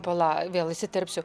pala vėl įsiterpsiu